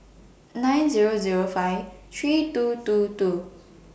nine Zero Zero five three two two two